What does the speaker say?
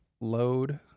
load